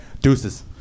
Deuces